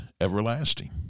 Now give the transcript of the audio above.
everlasting